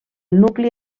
nucli